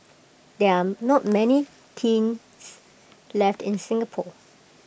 there are not many kilns left in Singapore